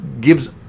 gives